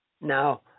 Now